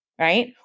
right